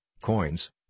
coins